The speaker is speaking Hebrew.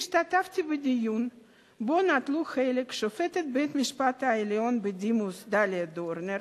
השתתפתי בדיון שבו נטלו חלק שופטת בית-המשפט העליון בדימוס דליה דורנר,